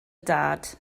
dad